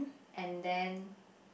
and then